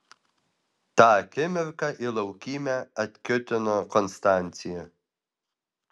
tą akimirką į laukymę atkiūtino konstancija